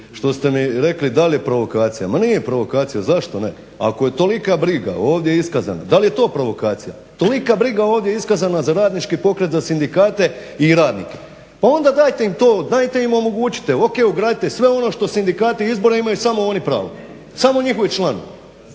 što ste mi rekli da li je provokacija, ma nije provokacija, zašto ne? Ako je tolika briga ovdje iskazana da li je to provokacija? Tolika briga ovdje iskazana za radnički pokret, za sindikate i radnike. Pa onda dajte im to, dajte im omogućite, ok ugradite sve ono što sindikati izbore i imaju samo oni pravo, samo njihovi članovi.